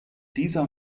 dieser